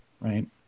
right